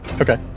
Okay